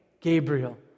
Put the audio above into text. Gabriel